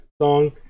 song